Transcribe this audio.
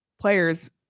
players